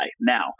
Now